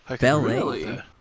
Ballet